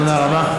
תודה רבה,